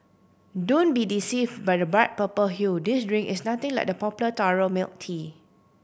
don't be deceive by the bright purple hue this drink is nothing like the popular taro milk tea